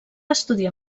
estudiar